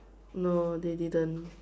no they didn't